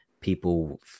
people